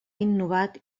innovat